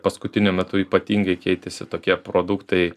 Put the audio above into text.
paskutiniu metu ypatingai keitėsi tokie produktai